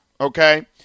okay